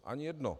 Ani jedno.